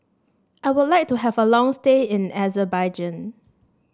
I would like to have a long stay in Azerbaijan